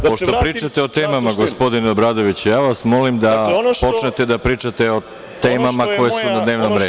Pošto pričate o temama, gospodine Obradoviću, ja vas molim da počnete da pričate o temama koje su na dnevnom redu.